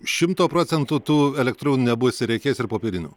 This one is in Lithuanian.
šimto procentų tų elektroninių nebus ir reikės ir popierinių